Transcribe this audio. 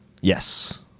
Yes